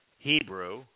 Hebrew